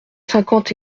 cinquante